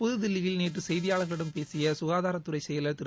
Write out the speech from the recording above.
புதுதில்லியில் நேற்று செய்தியாளர்களிடம் பேசிய சுகாதாரத் துறை செயலர் திரு